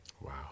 Wow